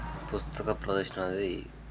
పుస్తక ప్రదర్శన అనేది